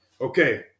Okay